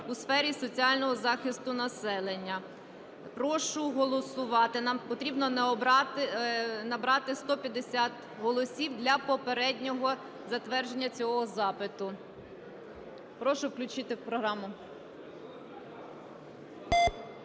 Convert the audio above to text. у сфері соціального захисту населення. Прошу голосувати. Нам потрібно набрати 150 голосів для попереднього затвердження цього запиту. Прошу включити програму.